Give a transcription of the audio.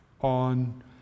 on